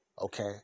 Okay